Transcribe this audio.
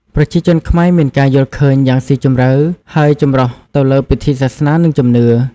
ប្រជាជនខ្មែរមានការយល់ឃើញយ៉ាងស៊ីជម្រៅ ហើយចម្រុះទៅលើពិធីសាសនា និងជំនឿ។